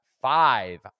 five